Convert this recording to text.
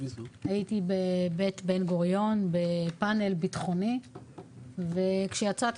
הייתי בבית בן גוריון בפאנל ביטחוני וכשיצאתי